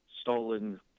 stolen